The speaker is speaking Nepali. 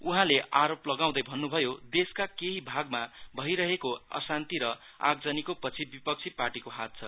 उहाँले आरोह लगाउँदै भन्नुभयो देशका केहि भागमा भइरहेको अशान्ति र आगजनीको पछि विपक्षी पार्टीको हात छ